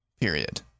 period